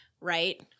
right